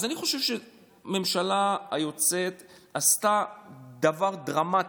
אז אני חושב שהממשלה היוצאת עשתה דבר דרמטי.